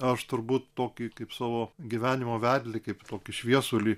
aš turbūt tokį kaip savo gyvenimo vedlį kaip tokį šviesulį